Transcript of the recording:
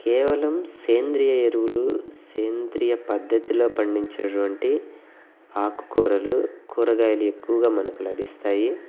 కేవలం సేంద్రియ ఎరువులు సేంద్రియ పద్ధతిలో పండించేటటువంటి ఆకుకూరలు కూరగాయలు ఎక్కువగా మనకు లభిస్తాయి